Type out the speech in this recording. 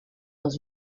dans